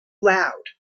loud